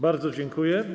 Bardzo dziękuję.